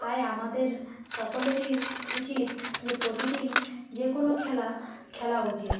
তাই আমাদের সকলেরই উচিত যে প্রতিদিন যে কোনও খেলা খেলা উচিত